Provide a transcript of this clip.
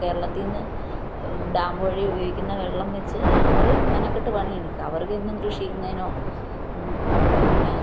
കേരളത്തില്നിന്ന് dam വഴി ഉപയോഗിക്കുന്ന വെള്ളംവച്ച് അവര് മെനക്കെട്ടു പണിയെടുക്കുകയാണ് അവർക്ക് ഇന്നും കൃഷി ചെയ്യുന്നതിനോ പിന്നെ